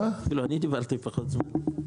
אפילו אני דיברתי פחות זמן.